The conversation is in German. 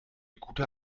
gute